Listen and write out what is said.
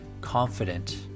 confident